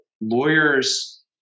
lawyers